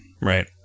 Right